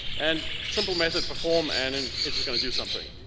and simple method perform and and it's it's gonna do something.